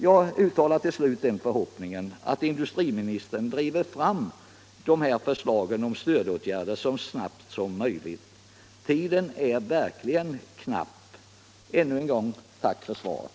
Till slut uttalar jag den förhoppningen att industriministern driver fram de här förslagen om stödåtgärder så snabbt som möjligt. Tiden är verkligen knapp. Ännu en gång tack för svaret.